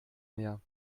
mehr